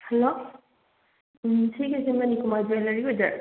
hello ꯁꯤꯒꯤꯁꯦ Manikumar jewellery ꯑꯣꯏꯗꯣꯏꯔꯣ